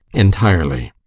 entirely!